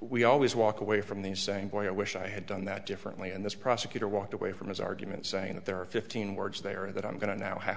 we always walk away from the saying boy i wish i had done that differently and this prosecutor walked away from his argument saying that there are fifteen words they are that i'm going to now have